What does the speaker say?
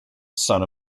son